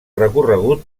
recorregut